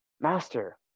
master